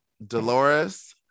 Dolores